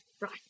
Right